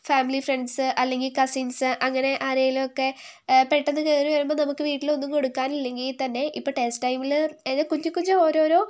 family friends അല്ലെങ്കിൽ cousins അങ്ങനെ ആരെങ്കിലുമൊക്കെ പെട്ടെന്ന് കയറി വരുമ്പം നമുക്ക് വീട്ടിലൊന്നും കൊടുക്കാനില്ലെങ്കിൽത്തന്നെ ഇപ്പോൾ ടേസ്റ്റ് ടൈമിൽ കുഞ്ഞു കുഞ്ഞു ഓരോരോ